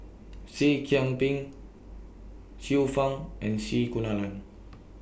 Seah Kian Peng Xiu Fang and C Kunalan